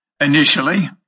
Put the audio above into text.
initially